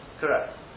Correct